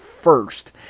first